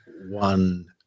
one